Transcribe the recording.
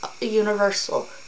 universal